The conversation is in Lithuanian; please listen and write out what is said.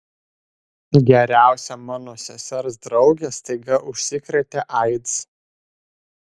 geriausia mano sesers draugė staiga užsikrėtė aids